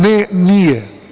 Ne, nije.